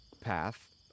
path